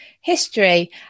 History